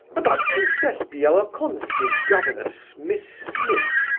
about princess bielokonski's governess, miss smith,